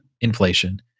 inflation